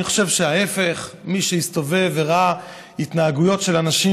אני חושב שההפך: מי שהסתובב וראה התנהגויות של אנשים